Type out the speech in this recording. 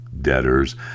debtors